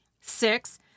Six